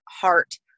heart